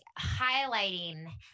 highlighting